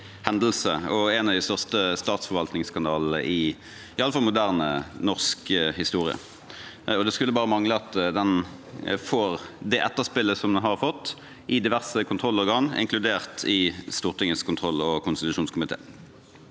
og en av de største statsforvaltningsskandalene iallfall i moderne norsk historie. Det skulle bare mangle at den får det etterspillet som den har fått i diverse kontrollorganer, inkludert Stortingets kontroll- og konstitusjonskomité.